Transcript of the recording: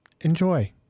Enjoy